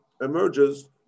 emerges